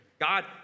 God